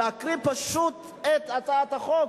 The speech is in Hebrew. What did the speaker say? ואני רוצה להקריא פשוט את הצעת החוק,